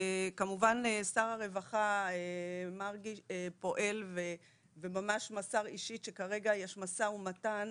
כמובן שר הרווחה מרגי פועל וממש מסר אישית שכרגע יש משא ומתן